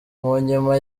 munyuma